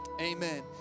amen